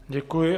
Děkuji.